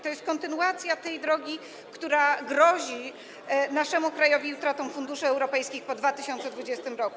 To jest kontynuacja tej drogi, która grozi naszemu krajowi utratą funduszy europejskich po 2020 r.